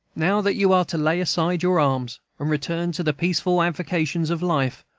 now that you are to lay aside your arms, and return to the peaceful avocations of life,